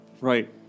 Right